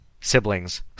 siblings